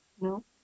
No